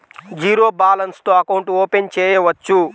Zero balance తో account open చేయవచ్చు?